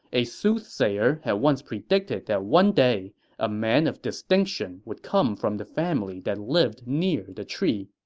a soothsayer had once predicted that one day a man of distinction would come from the family that lived near the tree